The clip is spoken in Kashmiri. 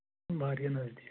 واریاہ نَزدیٖک